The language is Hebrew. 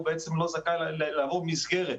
ובעצם לא זכאי לעבור מסגרת.